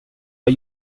are